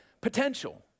potential